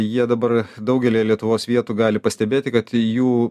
jie dabar daugelyje lietuvos vietų gali pastebėti kad jų